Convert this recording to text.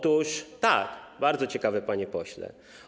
Tak, bardzo ciekawe, panie pośle.